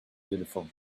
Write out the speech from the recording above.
beautiful